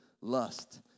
lust